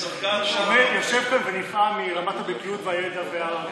אני יושב כאן ונפעם מרמת הבקיאות והידע.